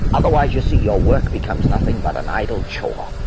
otherwise you see, your work becomes nothing but an idle chore.